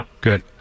Good